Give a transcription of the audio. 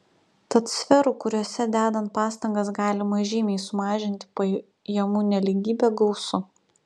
tad sferų kuriose dedant pastangas galima žymiai sumažinti pajamų nelygybę gausu